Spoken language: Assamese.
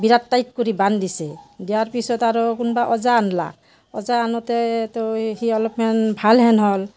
বিৰাট টাইট কৰি বান্ধ দিছে দিয়াৰ পিছত আৰু কোনোবা ওজা আনলাক ওজা আনোঁতেতো সি অলপমান ভাল হেন হ'ল